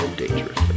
dangerous